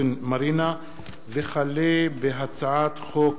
; הצעת חוק